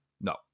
no